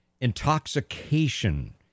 intoxication